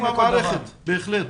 חלק מן המערכת, בהחלט.